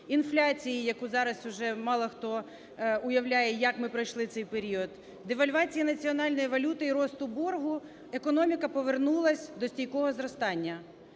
інфляції, яку зараз уже мало хто уявляє, як ми пройшли цей період, девальвації національної валюти і росту боргу економіка повернулась до стійкого зростання.